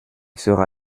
sera